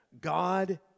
God